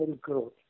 growth